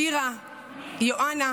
שירה, יוענה,